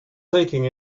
taking